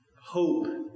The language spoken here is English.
hope